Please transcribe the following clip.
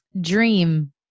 Dream